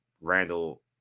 Randall